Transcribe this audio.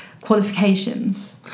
qualifications